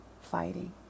fighting